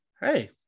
hey